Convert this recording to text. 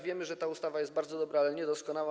Wiemy, że ta ustawa jest bardzo dobra, ale nie doskonała.